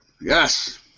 Yes